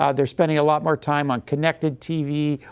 ah they are spending a lot more time unconnected tv.